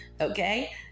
Okay